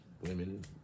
women